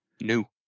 No